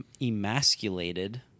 emasculated